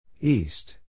East